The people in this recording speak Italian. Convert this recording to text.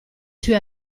sue